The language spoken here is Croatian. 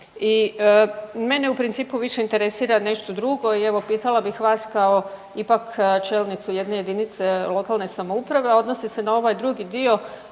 i mene u principu više interesi nešto drugo i evo, pitala bih vas kao ipak čelnicu jedne jedinice lokalne samouprave, a odnosi se na ovaj drugi dio